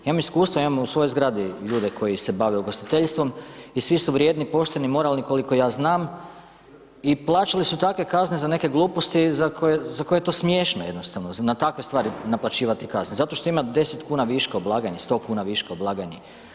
Ja imam iskustva, imam u svojoj zgradi ljude koji se bave ugostiteljstvom i svi su vrijedni, pošteni, moralni koliko ja znam i plaćali su takve kazne za neke gluposti za koje je to smiješno jednostavno na takve stvari naplaćivati kazne, zato što ima 10 kuna viška u blagajni, 100 kuna viška u blagajni.